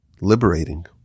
liberating